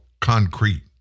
concrete